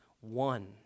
one